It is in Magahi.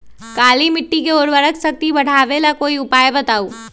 काली मिट्टी में उर्वरक शक्ति बढ़ावे ला कोई उपाय बताउ?